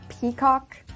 peacock